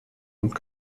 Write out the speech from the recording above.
und